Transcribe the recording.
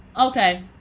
okay